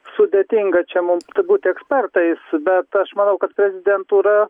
sudėtinga čia mum būti ekspertais bet aš manau kad prezidentūra